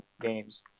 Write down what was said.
games